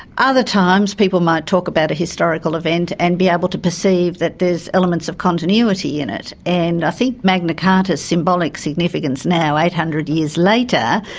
other times people might talk about a historical event and be able to perceive that there's elements of continuity in it. and i think magna magna carta's symbolic significance now, eight hundred years later,